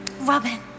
Robin